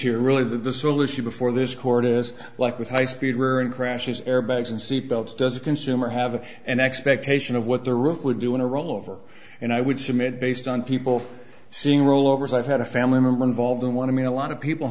here really that the solution before this court is like with high speed rare and crashes airbags and seatbelts does a consumer have an expectation of what the roof would do in a rollover and i would submit based on people seeing rollovers i've had a family member involved and want to mean a lot of people